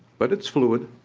but it's fluid.